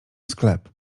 sklep